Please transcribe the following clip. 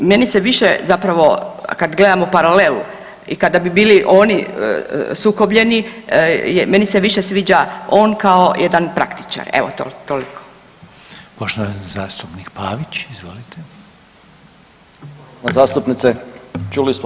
Meni se više zapravo kad gledamo paralelu i kada bi bili oni sukobljeni, meni se više sviđa on kao jedan praktičar, evo toliko.